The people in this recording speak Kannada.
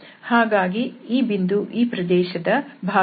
ಹಾಗಾಗಿ ಈ ಬಿಂದು ಈ ಪ್ರದೇಶದ ಭಾಗವಲ್ಲ